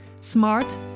smart